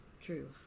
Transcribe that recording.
True